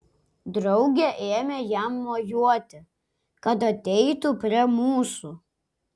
draugė ėmė jam mojuoti kad ateitų prie mūsų